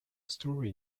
story